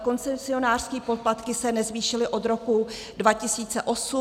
Koncesionářské poplatky se nezvýšily od roku 2008.